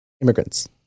immigrants